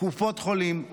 קופות חולים,